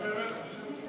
את באמת חושבת ככה?